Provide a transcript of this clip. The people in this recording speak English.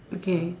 okay